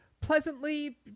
pleasantly